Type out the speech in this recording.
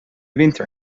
winter